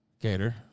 Gator